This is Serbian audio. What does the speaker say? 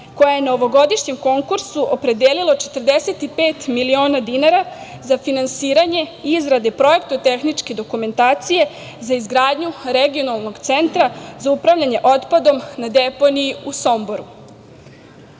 koje je na ovogodišnjem konkursu opredelilo 45 miliona dinara za finansiranje izrade projekta tehničke dokumentacije za izgradnju regionalnog centra za upravljanje otpadom na deponiji u Somboru. Grad